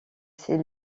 ses